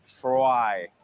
try